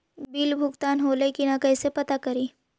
Bill भुगतान होले की न कैसे पता करी?